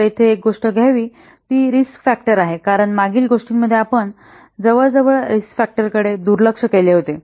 तर येथे एक गोष्ट घ्यावी ती रिस्क फॅक्टर आहे कारण मागील गोष्टींमध्ये आपण जवळजवळ रिस्क फॅक्टर कडे दुर्लक्ष केले होते